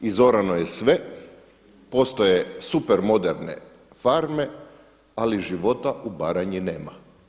Izorano je sve, postoje super moderne farme ali života u Baranji nema.